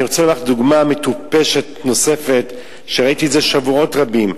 אני רוצה לומר לךְ דוגמה מטופשת נוספת שראיתי שבועות רבים: